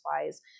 wise